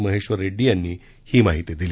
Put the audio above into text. महेश्वर रेड्डी यांनी ही माहिती दिली